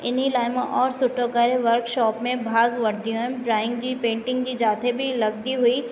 हिन लाइ मां और सुठो करे वर्कशॉप में भाॻु वठंदी हुअमि ड्राइंग जी पेंटिंग जी जिते बि लॻंदी हुई